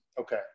Okay